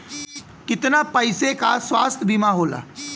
कितना पैसे का स्वास्थ्य बीमा होला?